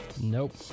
Nope